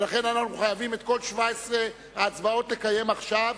ולכן אנחנו חייבים את כל 17 ההצבעות לקיים עכשיו,